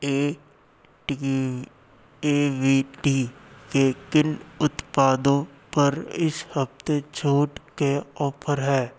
A T A V T के किन उत्पादों पर इस हफ्ते छूट के ऑफर हैं